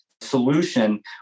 solution